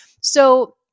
So-